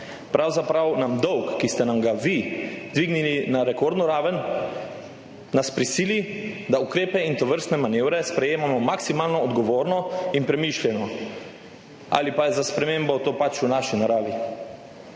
Pravzaprav nas je dolg, ki ste nam ga vi dvignili na rekordno raven, prisilil, da ukrepe in tovrstne manevre sprejemamo maksimalno odgovorno in premišljeno. Ali pa je za spremembo to pač v naši naravi.